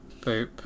Boop